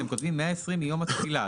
אתם כותבים 120 ימים מיום התחילה.